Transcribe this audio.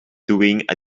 doing